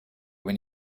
when